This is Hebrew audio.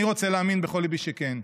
אני רוצה להאמין בכל ליבי שכן.